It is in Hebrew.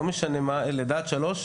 מלידה עד שלוש,